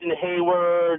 Hayward